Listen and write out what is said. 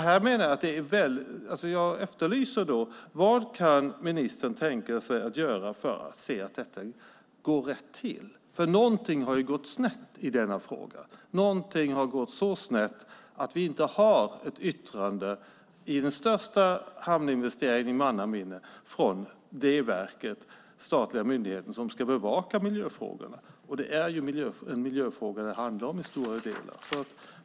Jag efterlyser då: Vad kan ministern tänka sig att göra för att se till att detta går rätt till? Någonting har ju gått snett i denna fråga. Någonting har gått så snett att vi inte har ett yttrande i den största hamninvesteringen i mannaminne från den statliga myndighet som ska bevaka miljöfrågorna. Det är en miljöfråga som det handlar om i stora delar.